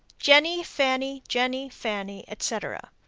jenny, fanny, jenny, fanny, etc.